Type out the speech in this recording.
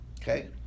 Okay